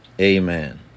Amen